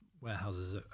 warehouses